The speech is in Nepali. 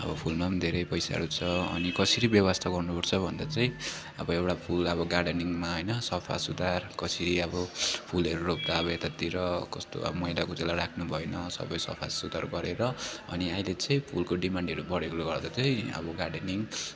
अब फुलमा पनि धेरै पैसाहरू छ अनि कसरी व्यवस्था गर्नुपर्छ भन्दा चाहिँ अब एउटा फुल अब गार्डनिङमा होइन सफासुग्घर कसरी अब फुलहरू रोप्दा अब यतातिर कस्तो अब मैला कुचेला राख्नुभएन सबै सफासुग्घर गरेर अनि अहिले चाहिँ फुलको डिमान्डहरू बढेकोले गर्दा चाहिँ अब गार्डनिङ हुन्छ